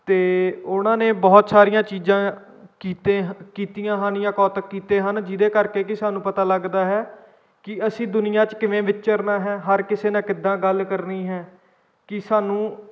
ਅਤੇ ਉਹਨਾਂ ਨੇ ਬਹੁਤ ਸਾਰੀਆਂ ਚੀਜ਼ਾਂ ਕੀਤੇ ਕੀਤੀਆਂ ਹਨ ਜਾਂ ਕੌਤਕ ਕੀਤੇ ਹਨ ਜਿਹਦੇ ਕਰਕੇ ਕਿ ਸਾਨੂੰ ਪਤਾ ਲੱਗਦਾ ਹੈ ਕਿ ਅਸੀਂ ਦੁਨੀਆਂ 'ਚ ਕਿਵੇਂ ਵਿਚਰਨਾ ਹੈ ਹਰ ਕਿਸੇ ਨਾਲ ਕਿੱਦਾਂ ਗੱਲ ਕਰਨੀ ਹੈ ਕਿ ਸਾਨੂੰ